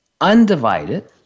undivided